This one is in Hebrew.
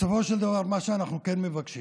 בסופו של דבר, מה שאנחנו כן מבקשים